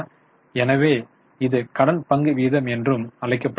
எனவே இது கடன் பங்கு விகிதம் என்றும் அழைக்கப்படுகிறது